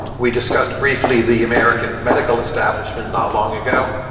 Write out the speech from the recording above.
we discussed briefly the american medical establishment not long ago.